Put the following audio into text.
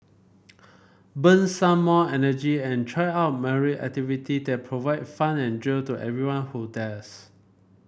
burn some more energy and try out myriad activity that provide fun and thrill to anyone who dares